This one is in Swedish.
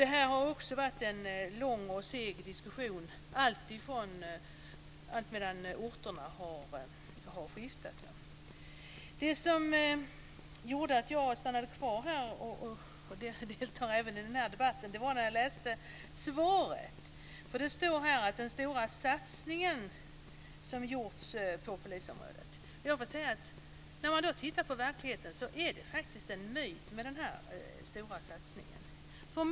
Det här har också varit en lång och seg diskussion, alltmedan orterna har skiftat. Det som gjorde att jag stannade kvar och deltar även i den här debatten var när jag läste i svaret om den stora satsning som gjorts på polisområdet. Jag får säga att när man tittar på verkligheten upplever man att det faktiskt är en myt med den stora satsningen.